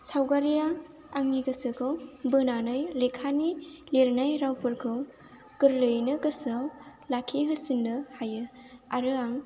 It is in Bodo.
सावगारिया आंनि गोसोखौ बोनानै लेखानि लिरनाय रावफोरखौ गोरलैयैनो गोसोआव लाखिहोसिननो हायो आरो आं